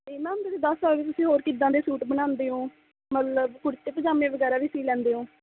ਅਤੇ ਮੈਮ ਤੁਸੀਂ ਦੱਸ ਸਕਦੇ ਹੋ ਤੁਸੀਂ ਹੋਰ ਕਿੱਦਾਂ ਦੇ ਸੂਟ ਬਣਾਉਂਦੇ ਹੋ ਮਤਲਬ ਕੁੜਤੇ ਪਜ਼ਾਮੇ ਵਗੈਰਾ ਵੀ ਸੀ ਲੈਂਦੇ ਹੋ